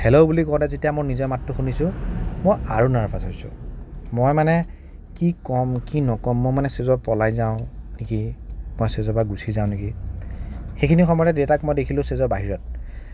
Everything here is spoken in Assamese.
হেল্ল' বুলি কওঁতে যেতিয়া মোৰ নিজৰ মাতটো শুনিছোঁ মই আৰু নাৰ্ভাছ হৈছোঁ মই মানে কি ক'ম কি নক'ম মই মানে ষ্টেজৰ পৰা পলাই যাওঁ নেকি মই ষ্টেজৰ পৰা গুচি যাওঁ নেকি সেইখিনি সময়তে দেতাক মই দেখিলোঁ ষ্টেজৰ বাহিৰত